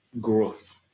growth